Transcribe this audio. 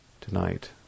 tonight